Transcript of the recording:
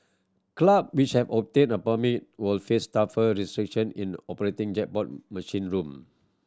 club which have obtained a permit will face tougher restriction in the operating jackpot machine room